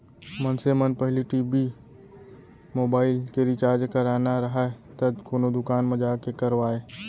मनसे मन पहिली टी.भी, मोबाइल के रिचार्ज कराना राहय त कोनो दुकान म जाके करवाय